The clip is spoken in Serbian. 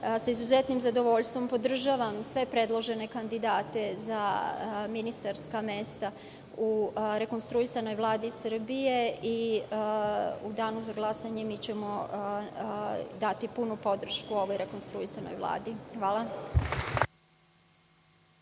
sa izuzetnim zadovoljstvom podržavam sve predložene kandidate za ministarska mesta u rekonstruisanoj Vladi Srbije i u danu za glasanje mi ćemo dati punu podršku ovoj rekonstruisanoj Vladi. Hvala.